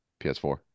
PS4